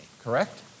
Correct